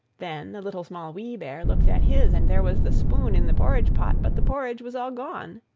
then the little, small, wee bear looked at his, and there was the spoon in the porridge-pot, but the porridge was all gone.